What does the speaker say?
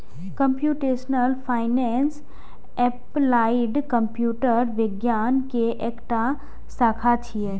computational finance applied computer विज्ञान के एकटा शाखा छियै